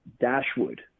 Dashwood